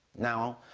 now,